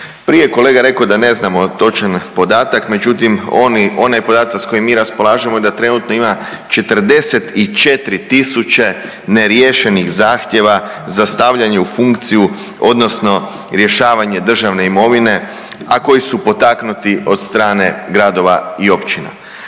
Prije je kolega rekao da ne znamo točan podatak, međutim, oni, onaj podatak s kojim mi raspolažemo da trenutno ima 44 tisuće neriješenih zahtjeva za stavljanje u funkciju odnosno rješavanje državne imovine, a koji su potaknuti od strane gradova i općina.